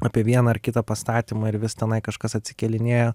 apie vieną ar kitą pastatymą ir vis tenai kažkas atsikėlinėja